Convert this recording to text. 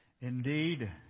Indeed